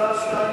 שטייניץ